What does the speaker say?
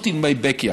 not in my back yard.